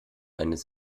eines